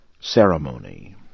ceremony